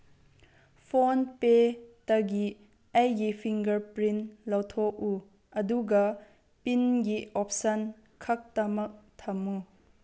phone ꯄꯦꯇꯒꯤ ꯑꯩꯒꯤ finger print ꯂꯧꯊꯣꯛꯎ ꯑꯗꯨꯒ ꯄꯤꯟꯒꯤ ꯑꯣꯞꯁꯟ ꯈꯛꯇꯃꯛ ꯊꯝꯃꯨ